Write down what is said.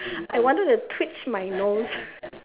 I wanted to twitch my nose